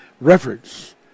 reference